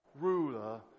ruler